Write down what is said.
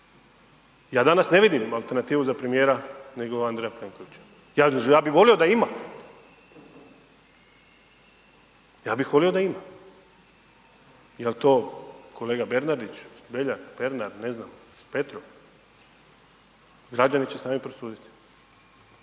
Ja danas ne vidim alternativu za premijera, nego Andreja Plenkovića. Ja bi volio da ima, ja bih volio da ima, je li to kolega Bernardić, Beljak, Pernar, ne znam, Petrov, građani će sami prosuditi.